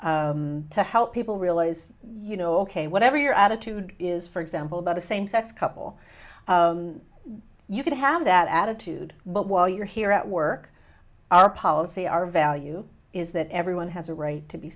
to help people realize you know ok whatever your attitude is for example about a same sex couple you can have that attitude but while you're here at work our policy our value is that everyone has a right to be